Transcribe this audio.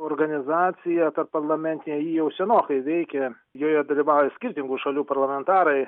organizacija tarpparlamentinė ji jau senokai veikia joje dalyvauja skirtingų šalių parlamentarai